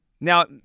Now